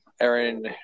Aaron